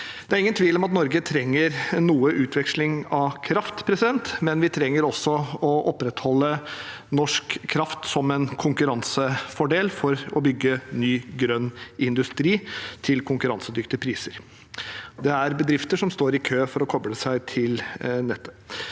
Det er ingen tvil om at Norge trenger noe utveksling av kraft, men vi trenger også å opprettholde norsk kraft som en konkurransefordel for å bygge ny, grønn industri til konkurransedyktige priser. Det er bedrifter som står i kø for å koble seg til nettet.